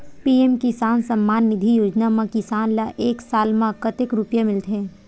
PM Kisan Samman Nidhi योजना म किसान ल एक साल म कतेक रुपिया मिलथे?